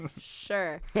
sure